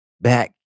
back